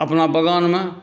अपना बग़ानमे